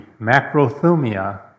macrothumia